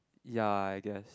ya I guess